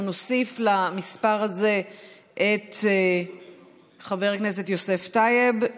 נוסיף למספר הזה את חבר הכנסת יוסף טייב,